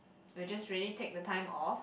we'll just really take the time off